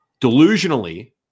delusionally